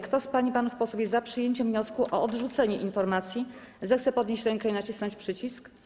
Kto z pań i panów posłów jest za przyjęciem wniosku o odrzucenie informacji, zechce podnieść rękę i nacisnąć przycisk.